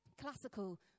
Classical